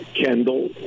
Kendall